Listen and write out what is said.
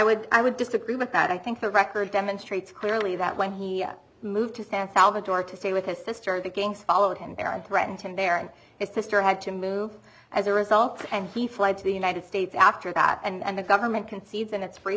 would i would disagree with that i think the record demonstrates clearly that when he moved to san salvador to stay with his sister the gangs followed him there and threatened him there and his sister had to move as a result and he fled to the united states after that and the government concedes and it's pre